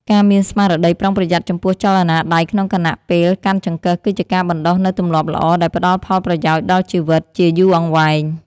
ការមានស្មារតីប្រុងប្រយ័ត្នចំពោះចលនាដៃក្នុងខណៈពេលកាន់ចង្កឹះគឺជាការបណ្តុះនូវទម្លាប់ល្អដែលផ្តល់ផលប្រយោជន៍ដល់ជីវិតជាយូរអង្វែង។